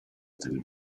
del